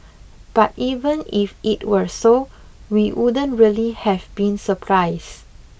but even if it were so we wouldn't really have been surprised